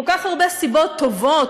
כל כך הרבה סיבות טובות